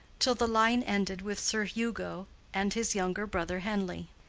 till the line ended with sir hugo and his younger brother henleigh.